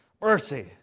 Mercy